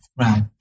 Right